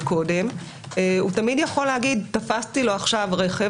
קודם תמיד יכול להגיד: תפסתי לו עכשיו רכב,